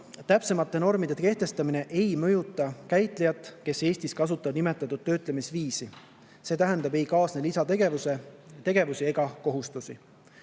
Täpsemate normide kehtestamine ei mõjuta käitlejaid, kes Eestis kasutavad nimetatud töötlemisviisi, see tähendab, ei kaasne lisategevusi ega ‑kohustusi.